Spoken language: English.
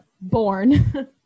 born